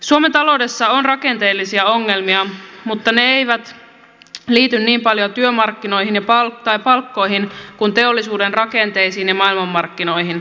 suomen taloudessa on rakenteellisia ongelmia mutta ne eivät liity niin paljon työmarkkinoihin tai palkkoihin kuin teollisuuden rakenteisiin ja maailmanmarkkinoihin